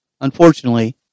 unfortunately